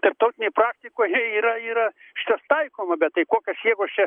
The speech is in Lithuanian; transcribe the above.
tarptautinėj praktikoj yra yra šitas taikoma bet tai kokios jeigu aš čia